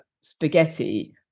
spaghetti